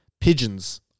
pigeons